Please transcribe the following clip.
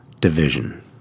division